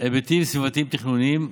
היבטים סביבתיים-תכנוניים: